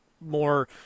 more